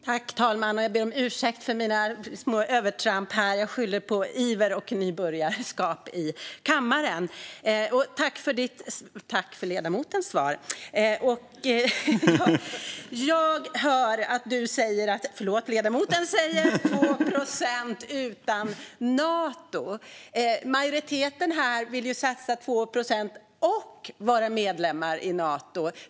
Herr talman! Jag ber om ursäkt för mina små övertramp här. Jag skyller på iver och nybörjarskap i kammaren. Tack för ditt - för ledamotens - svar! Jag hör att du säger - förlåt, ledamoten säger - 2 procent utan Nato. Majoriteten här vill ju satsa 2 procent och vara medlem i Nato.